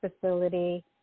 facility